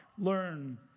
learn